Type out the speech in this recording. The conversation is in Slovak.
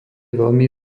veľmi